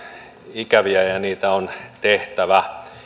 ikäviä ja niitä on tehtävä